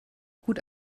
gut